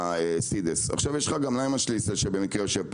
סידס וליימן שליסל שבמקרה גם יושב פה